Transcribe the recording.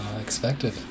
expected